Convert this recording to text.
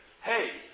Hey